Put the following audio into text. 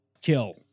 kill